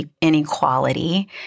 inequality